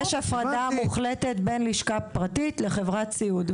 יש הפרדה מוחלטת בין לשכה פרטית לבין חברת סיעוד.